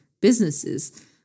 businesses